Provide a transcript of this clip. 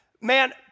Man